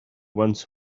once